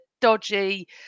dodgy